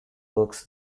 works